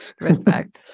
respect